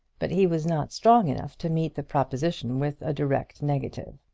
but he was not strong enough to meet the proposition with a direct negative.